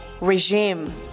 REGIME